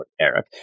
Eric